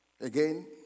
again